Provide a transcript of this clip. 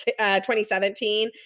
2017